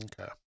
Okay